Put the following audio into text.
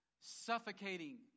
suffocating